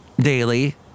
Daily